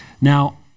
Now